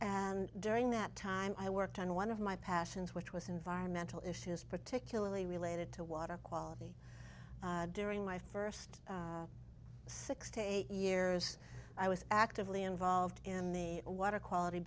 and during that time i worked on one of my passions which was environmental issues particularly related to water quality during my first six to eight years i was actively involved in the water quality